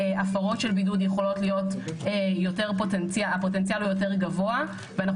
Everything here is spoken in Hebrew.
שהפרות של בידוד יכולות להיות - הפוטנציאל הוא יותר גבוה ואנו